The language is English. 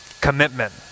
Commitment